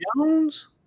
Jones